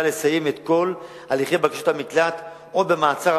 לסיים את כל הליכי בקשת המקלט עוד במעצר,